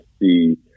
see